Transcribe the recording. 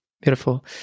Beautiful